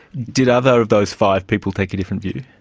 did other of those five people take a different view?